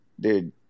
Dude